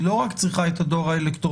היא לא רק צריכה את הדואר האלקטרוני,